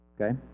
Okay